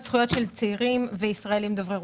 זכויות של צעירים וישראלים דוברי רוסית.